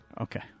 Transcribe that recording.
Okay